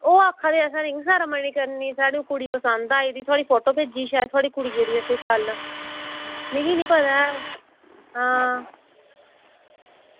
ओह् आक्खा दे असें रिंग सेरेमनी करनी ते उ'नेंगी कुड़ी पसंद आई दी शैद फोटो भेजी ही ते कुड़ि्यै दी कल्ल मिगी निं पता ऐ आं